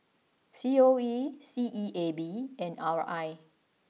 C O E C E A B and R I